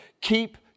Keep